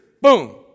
boom